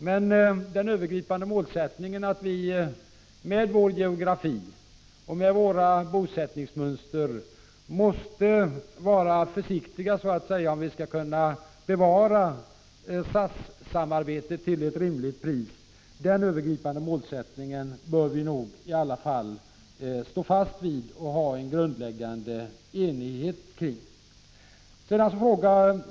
Med våra geografiska förutsättningar och bosättningsmönster måste vi vara försiktiga om vi skall bevara SAS-samarbetet till ett rimligt pris. Den övergripande målsättningen bör vi stå fast vid och ha en grundläggande enighet kring.